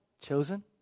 Chosen